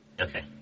Okay